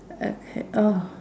okay oh